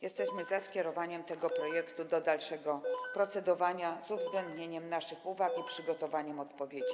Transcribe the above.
Jesteśmy za skierowaniem tego projektu do dalszego procedowania, z uwzględnieniem naszych uwag i przygotowaniem odpowiedzi.